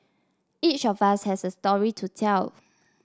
each of us has a story to tell